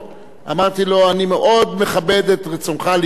אמרתי לו: אני מאוד מכבד את רצונך להיבחר,